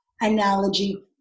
analogy